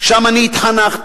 שם אני התחנכתי.